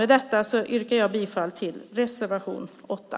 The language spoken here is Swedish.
Med detta yrkar jag bifall till reservation 8.